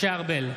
משה ארבל,